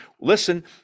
listen